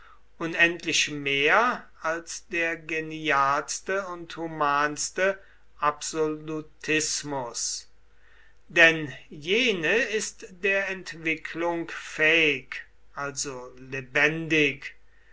unendlich mehr als der genialste und humanste absolutismus denn jene ist der entwicklung fähig also lebendig